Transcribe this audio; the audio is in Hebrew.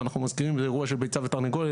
אנחנו מזכירים, זה אירוע של ביצה ותרנגולת.